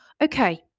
Okay